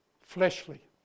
fleshly